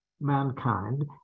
mankind